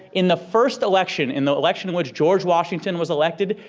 in the first election, in the election in which george washington was elected,